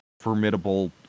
Formidable